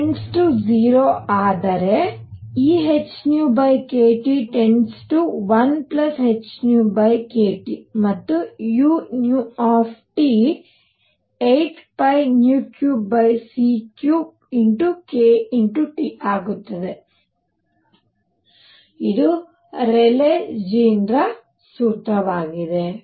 T→ 0ಯಾದರೆ ehνkT→1hνkTಮತ್ತು u 8π2c3kT ಆಗುತ್ತದೆ ಇದು ರೇಲೀ ಜೀನ್ ಸೂತ್ರವಾಗಿದೆ